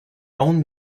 own